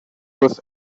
with